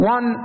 One